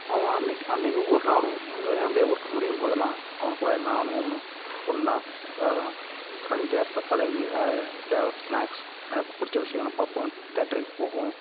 அவன் அன்னைக்கு அன்னைக்கு ஒவ்வொரு நாளும் நாங்கள் அப்படியே ஒர்க்கு முடியும்போதெல்லாம் அவன் கூட நானும் அவனும் ஒன்னா வா வா ஃப்ரெண்ட்லியா ப பழகி அப்படியே ஸ்நேக்ஸ் பிடிச்ச விஷயங்கள பார்ப்போம் தேட்ருக்கு போவோம்